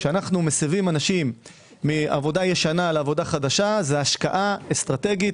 כשאנחנו מסבים אנשים מעבודה ישנה לעבודה חדשה זה עבודה אסטרטגית.